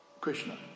Krishna